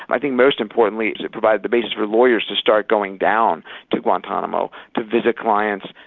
i think most importantly it provided the basis for lawyers to start going down to guantanamo, to visit clients.